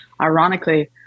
ironically